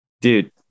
Dude